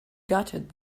gutted